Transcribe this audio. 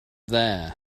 there